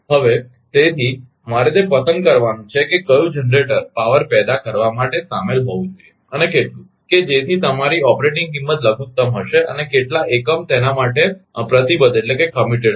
હવે તેથી મારે તે પસંદ કરવાનું છે કે ક્યું જનરેટર પાવર પેદા કરવા માટે શામેલ હોવું જોઈએ અને કેટલું કે જેથી તમારી ઓપરેટિંગ કિંમત લઘુત્તમ હશે અને કેટલા એકમ તેના માટે પ્રતિબદ્ધકમીટેડ હશે